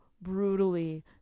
brutally